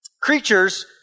Creatures